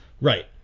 right